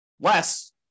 Less